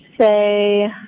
say